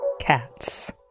Cats